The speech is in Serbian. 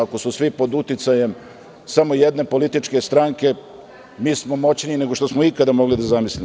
Ako su svi pod uticajem samo jedne političke stranke, mi smo moćniji nego što smo ikada mogli da zamislimo.